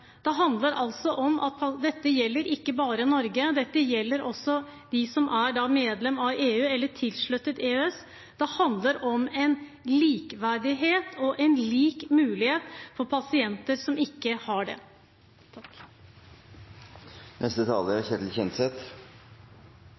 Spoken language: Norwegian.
Dette gjelder ikke bare Norge, dette gjelder de som er medlemmer i EU eller tilsluttet EØS. Det handler om likeverdighet og en lik mulighet for pasienter som ikke har det.